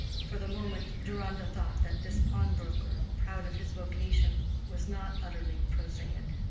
for the moment, deronda thought that this pawnbroker, proud of his vocation, was not utterly prosaic.